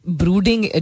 brooding